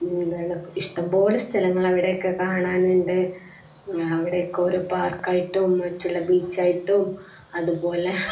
എന്താണ് ഇഷ്ടംപോലെ സ്ഥലങ്ങള് അവിടെയൊക്കെ കാണാനുണ്ട് അവിടെയൊക്കെ ഒരു പാർക്കായിട്ടും മറ്റുള്ള ബീച്ചായിട്ടും അതുപോലെ